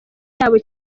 yabo